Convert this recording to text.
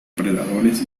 predadores